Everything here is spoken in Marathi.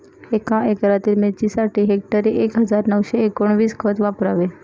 एका एकरातील मिरचीसाठी हेक्टरी एक हजार नऊशे एकोणवीस खत वापरावे